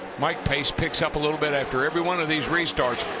like picks picks up a little bit after every one of these restarts.